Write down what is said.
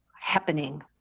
happening